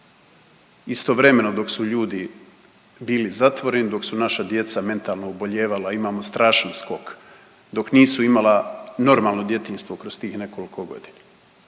Istovremeno dok su ljudi bili zatvoreni, dok su naša djeca mentalno obolijevala. Imamo strašan skok, dok nisu imala normalno djetinjstvo kroz tih nekoliko godina.